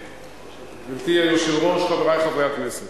גברתי היושבת-ראש, חברי חברי הכנסת,